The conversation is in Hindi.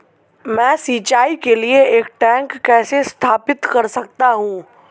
मैं सिंचाई के लिए एक टैंक कैसे स्थापित कर सकता हूँ?